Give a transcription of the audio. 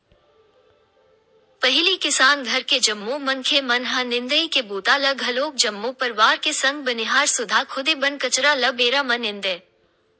पहिली किसान घर के जम्मो मनखे मन ह निंदई के बूता ल घलोक जम्मो परवार के संग बनिहार सुद्धा खुदे बन कचरा ल बेरा म निंदय